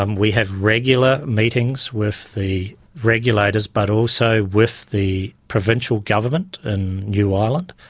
um we have regular meetings with the regulators but also with the provincial government in new ireland,